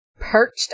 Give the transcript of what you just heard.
perched